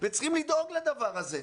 וצריך לדאוג לדבר הזה.